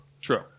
True